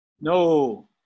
No